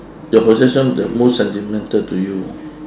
your possession that most sentimental to you